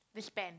they spent